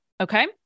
okay